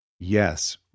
Yes